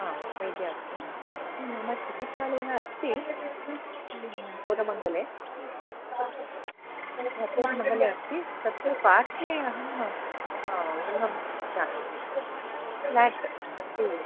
आम् वैद्या अस्मि मम चिकित्सालयः अस्ति पूदमण्डले तत्र पूरमण्डले अस्ति तत्र पार्श्वे अहं गृहम् इच्छामि नच